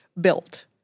built